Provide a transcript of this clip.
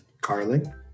Carling